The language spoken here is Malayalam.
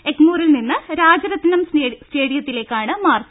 എഗ്മൂരിൽ നിന്ന് രാജരത്തിനം സ്റ്റേഡിയത്തിലേക്കാണ് മാർച്ച്